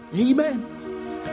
Amen